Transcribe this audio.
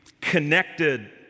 connected